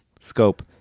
scope